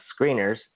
screeners